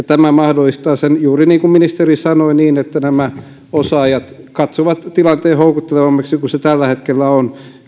tämä mahdollistaa sen juuri niin kuin ministeri sanoi että nämä osaajat katsovat tilanteen houkuttelevammaksi kuin se tällä hetkellä on